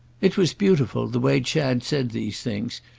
it was beautiful, the way chad said these things,